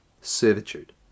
Servitude